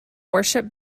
worship